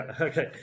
Okay